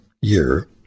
year